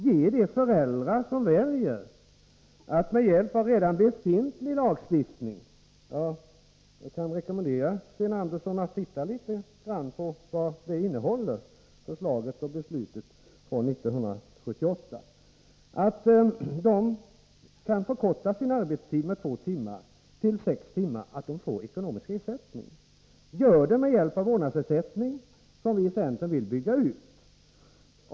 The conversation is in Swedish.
Jag kan rekommendera Sten Andersson att se litet på vad förslaget och beslutet från 1978 innehåller. Ge de föräldrar som redan med hjälp av befintlig lagstiftning väljer att förkorta sin arbetstid med två timmar, till sex timmar per dag, ekonomisk ersättning. Gör det med hjälp av vårdnadsersättning, vilken vi i centern vill bygga ut.